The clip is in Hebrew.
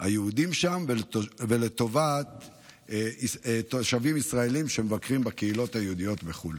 היהודים שם ולטובת תושבים ישראלים שמבקרים בקהילות היהודיות בחו"ל.